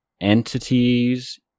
entities